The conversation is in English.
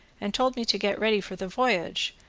and told me to get ready for the voyage,